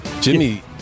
Jimmy